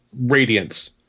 Radiance